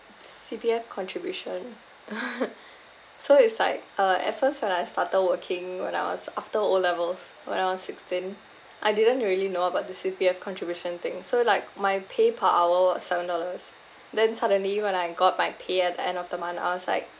C_P_F contribution so it's like uh at first when I started working when I was after O levels when I was sixteen I didn't really know about the C_P_F contribution thing so like my pay per hour was seven dollars then suddenly when I got my pay at the end of the month I was like